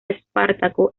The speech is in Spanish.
espartaco